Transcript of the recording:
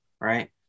right